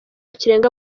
kirenga